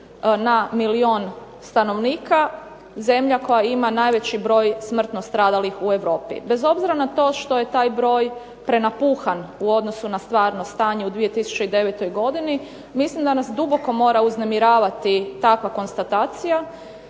na milijun stanovnika zemlja koja ima najveći broj smrtno stradalih u Europi bez obzira na to što je taj broj prenapuhan u odnosu na stvarno stanje u 2009. godini mislim da nas duboko mora uznemiravati takva konstatacija